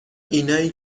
اینایی